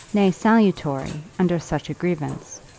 nay salutary, under such a grievance.